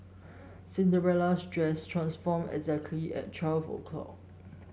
Cinderella's dress transformed exactly at twelve o'clock